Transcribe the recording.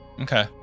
Okay